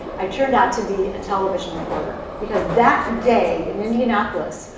i turned out to be a television reporter. because that day in indianapolis,